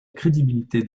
crédibilité